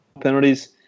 penalties